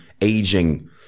aging